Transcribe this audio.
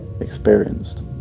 experienced